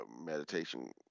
meditation